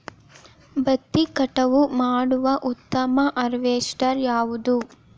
ಭತ್ತ ಕಟಾವು ಮಾಡುವ ಉತ್ತಮ ಹಾರ್ವೇಸ್ಟರ್ ಯಾವುದು?